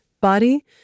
body